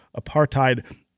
apartheid